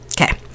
Okay